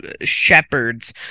shepherds